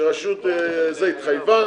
שהרשות התחייבה.